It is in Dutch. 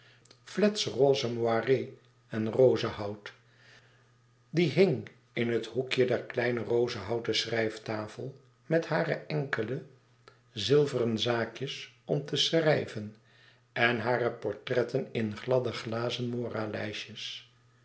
fletsch roze moiré en rozehout die hing in het hoekje der kleine rozehouten schrijftafel met hare enkele zilveren zaakjes om te schrijven en hare portretten in gladde glazen